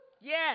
yes